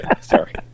Sorry